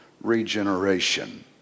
regeneration